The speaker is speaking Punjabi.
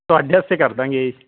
ਤੁਹਾਡਾ ਵਾਸਤੇ ਕਰ ਦਾਂਗੇ